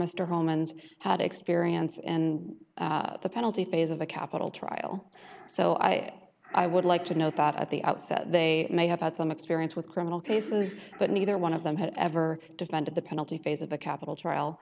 mr homans had experience and the penalty phase of a capital trial so i i would like to know thought at the outset they may have had some experience with criminal cases but neither one of them had ever defended the penalty phase of a capital trial